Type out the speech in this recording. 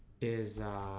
is